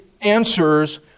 answers